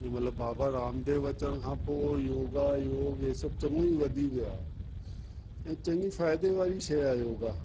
मतिलबु बाबा रामदेव अचण खां पोइ योगा योग इहे सभु चङो ई वधी वियो आहे ऐं चङी फ़ाइदे वारी शइ आहे योगा